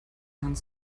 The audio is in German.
hand